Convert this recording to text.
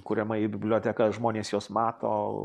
kuriama į biblioteką žmonės juos mato